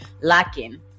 lacking